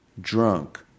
drunk